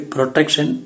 Protection